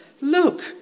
Look